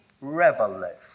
revelation